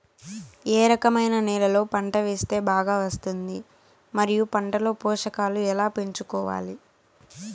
ఏ రకమైన నేలలో పంట వేస్తే బాగా వస్తుంది? మరియు పంట లో పోషకాలు ఎలా పెంచుకోవాలి?